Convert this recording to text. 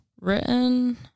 written